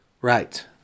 Right